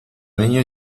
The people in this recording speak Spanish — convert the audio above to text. niña